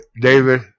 David